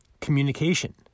communication